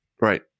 Right